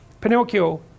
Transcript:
Pinocchio